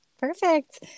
Perfect